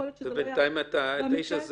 בינתיים פגעתם באפשרות של האיש הזה